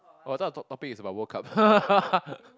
oh I thought top~ topic is about World Cup